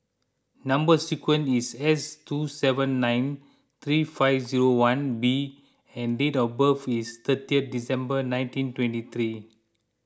Number Sequence is S two seven nine three five zero one B and date of birth is thirtieth December nineteen twenty three